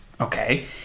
okay